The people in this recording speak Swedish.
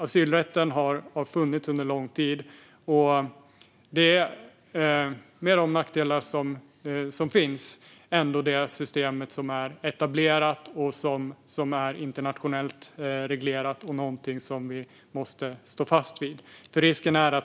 Asylrätten har funnits under lång tid, och trots sina nackdelar är detta system etablerat och internationellt reglerat. Därför måste vi stå fast vid det.